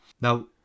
Now